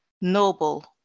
noble